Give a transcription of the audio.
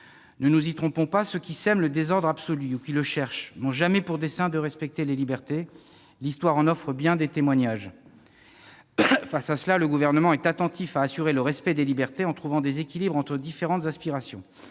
Ne nous y trompons pas. Ceux qui sèment le désordre absolu ou qui le cherchent n'ont jamais pour dessein de respecter les libertés. L'histoire en offre bien des témoignages. Face à cela, le Gouvernement est attentif à assurer le respect des libertés en trouvant des équilibres entre différentes aspirations.